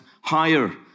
higher